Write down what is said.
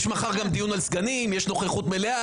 יש מחר גם דיון על סגנים, יש נוכחות מלאה.